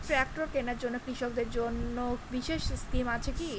Tractor কেনার জন্য কৃষকদের জন্য বিশেষ স্কিম আছে কি?